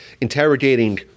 interrogating